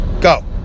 go